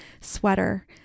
sweater